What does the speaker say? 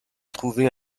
trouver